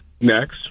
next